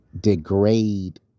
degrade